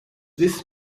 this